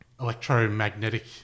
electromagnetic